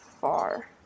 far